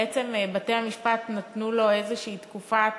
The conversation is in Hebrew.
בעצם בתי-המשפט נתנו לו איזושהי תקופת